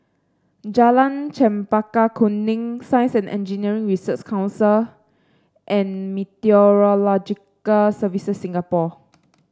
Jalan Chempaka Kuning Science And Engineering Research Council and Meteorological Services Singapore